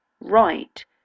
right